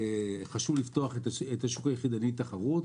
חשוב לפתוח את השוק היחידני לתחרות.